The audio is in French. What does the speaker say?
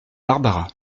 barbara